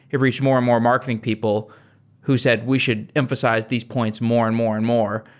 it reached more and more marketing people who said, we should emphasize these points more and more and more.